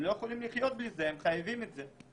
הם לא יכולים לחיות בלי זה, הם חייבים את זה.